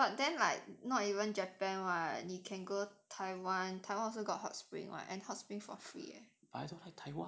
of course but then like not even japan [what] you can go taiwan taiwan also got hot spring [what] and hot spring for free eh